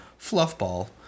Fluffball